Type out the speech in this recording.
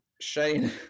Shane